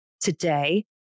Today